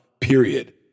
period